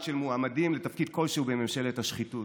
של מועמדים לתפקיד כלשהו בממשלת השחיתות,